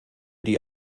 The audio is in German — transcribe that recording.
die